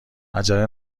عجله